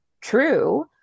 true